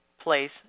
place